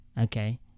Okay